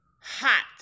hot